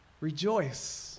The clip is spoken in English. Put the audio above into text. Rejoice